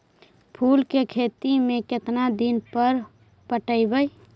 फूल के खेती में केतना दिन पर पटइबै?